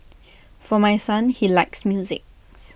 for my son he likes music